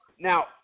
Now